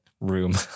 room